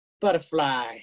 Butterfly